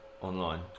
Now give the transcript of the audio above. online